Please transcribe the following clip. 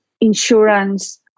insurance